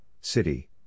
City